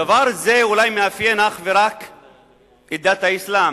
דבר זה אולי מאפיין אך ורק את דת האסלאם.